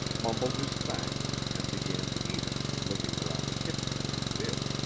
mumbled his thanks and began to eat it, looking around the kitchen as he did.